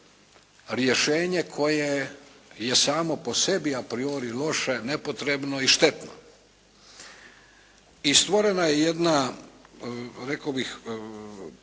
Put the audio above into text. rješenje koje je samo po sebi «apriori» loše, nepotrebno i štetno. I stvorena je jedna rekao bih politička